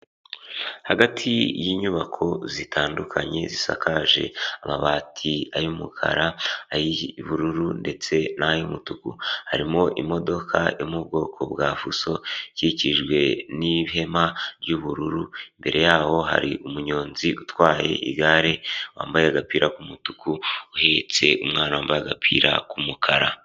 Hagati y'inyubako zitandukanye zisakaje amabati ay'umukara, ay'ubururu ndetse n'ay'umutuku. Harimo imodoka yo mu bwoko bwa fuso ikikijwe n'ihema ry'ubururu. Mbere yaho hari umunyonzi utwaye igare, wambaye agapira k'umutuku, uhetse umwana wambaye agapira k'umukara.